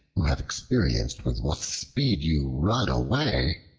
who have experienced with what speed you run away,